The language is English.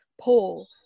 poll